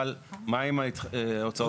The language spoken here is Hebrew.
אבל מה עם הוצאות עסקה.